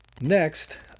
Next